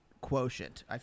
quotient